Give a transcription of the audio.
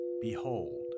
behold